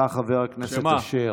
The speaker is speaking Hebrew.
תודה, חבר הכנסת אשר.